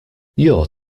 your